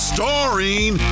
Starring